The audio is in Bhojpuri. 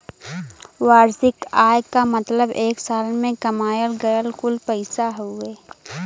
वार्षिक आय क मतलब एक साल में कमायल गयल कुल पैसा हउवे